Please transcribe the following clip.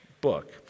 Book